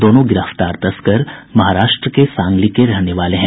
दोनों गिरफ्तार तस्कर महाराष्ट्र के सांगली के रहने वाले हैं